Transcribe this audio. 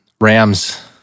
Rams